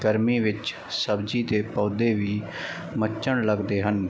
ਗਰਮੀ ਵਿੱਚ ਸਬਜ਼ੀ ਦੇ ਪੌਦੇ ਵੀ ਮੱਚਣ ਲੱਗਦੇ ਹਨ